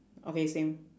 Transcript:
okay same